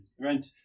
rent